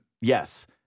yes